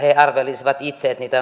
he arvelisivat itse että ruotsissa niitä